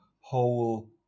whole